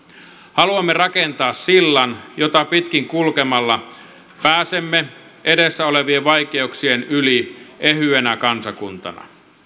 haluamme rakentaa sillan jota pitkin kulkemalla pääsemme edessä olevien vaikeuksien yli ehyenä kansakuntana